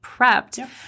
prepped